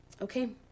Okay